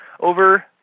over